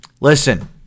Listen